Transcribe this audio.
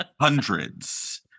Hundreds